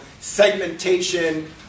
segmentation